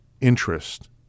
interest